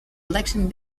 election